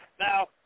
Now